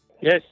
Yes